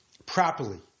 Properly